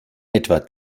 etwa